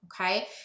Okay